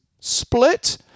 split